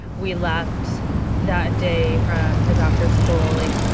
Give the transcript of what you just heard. we left that day from his afterschool, like,